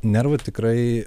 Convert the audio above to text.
nervų tikrai